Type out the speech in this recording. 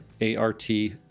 a-r-t